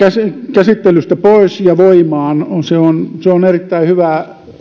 käsittelystä pois ja voimaan se on se on erittäin hyvä